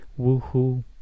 woohoo